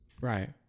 right